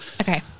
Okay